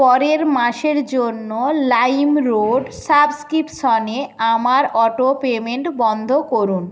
পরের মাসের জন্য লাইমরোড সাবস্ক্রিপশনে আমার অটো পেমেন্ট বন্ধ করুন